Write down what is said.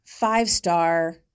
five-star